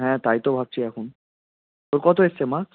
হ্যাঁ তাই তো ভাবছি এখন তোর কতো এসেছে মার্কস